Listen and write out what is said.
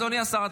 אדוני השר,